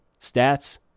stats